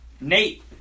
Nate